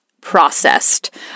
processed